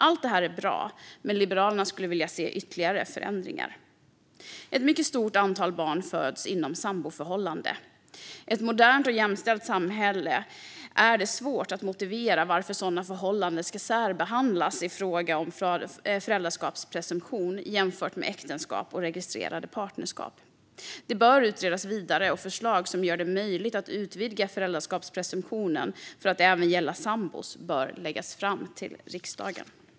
Allt det här är bra, men Liberalerna skulle vilja se ytterligare förändringar. Modernare regler för bekräftelse av för-äldraskap, faderskaps-undersökningar och för att åstadkomma könsneutral föräldra-skapspresumtion Ett mycket stort antal barn föds inom samboförhållanden. I ett modernt och jämställt samhälle är det svårt att motivera varför sådana förhållanden ska särbehandlas i fråga om föräldraskapspresumtion jämfört med äktenskap och registrerade partnerskap. Det bör utredas vidare, och förslag som gör det möjligt att utvidga föräldraskapspresumtionen för att även gälla sambor bör läggas fram till riksdagen.